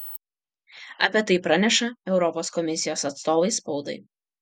apie tai praneša europos komisijos atstovai spaudai